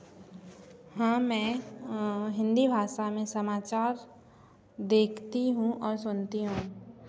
हाँ मैं हिंदी भाषा में समाचार देखती हूँ और सुनती हूँ